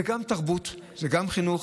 זה גם תרבות, זה גם חינוך.